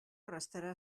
restarà